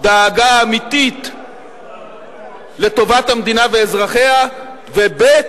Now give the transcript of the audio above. דאגה אמיתית לטובת המדינה ואזרחיה, ב.